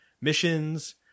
missions